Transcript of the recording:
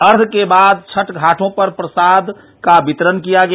अर्घ्य के बाद छठ घाटों पर प्रसाद का वितरण किया गया